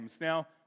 Now